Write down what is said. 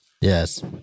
Yes